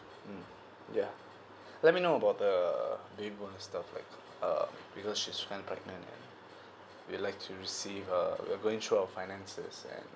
mm yeah let me know about the or stuff like that uh because she's kind pregnant we like to receive uh we're going through our finances and